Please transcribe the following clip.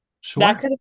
Sure